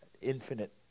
infinite